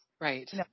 Right